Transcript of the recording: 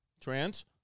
Trans